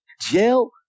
jail